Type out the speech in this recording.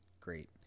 great